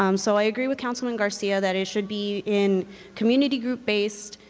um so i agree with councilman garcia that it should be in community group based.